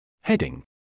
Heading